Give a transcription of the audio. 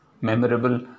memorable